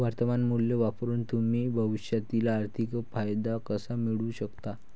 वर्तमान मूल्य वापरून तुम्ही भविष्यातील आर्थिक फायदा कसा मिळवू शकता?